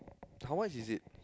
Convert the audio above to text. how much is it